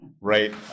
right